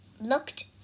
looked